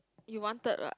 you wanted ah